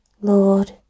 Lord